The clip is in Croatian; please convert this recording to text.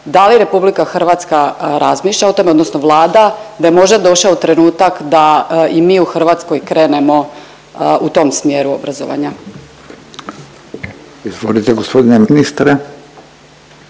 da li RH razmišlja o tome odnosno Vlada da je možda došao trenutak da i mi u Hrvatskoj krenemo u tom smjeru obrazovanja? **Radin, Furio (Nezavisni)**